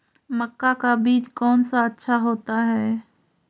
मक्का का बीज कौन सा अच्छा होता है?